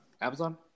amazon